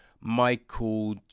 Michael